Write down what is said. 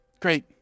great